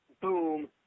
Boom